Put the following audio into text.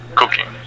cooking